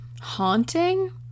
haunting